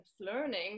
learning